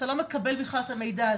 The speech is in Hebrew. אתה לא מקבל בכלל את המידע הזה?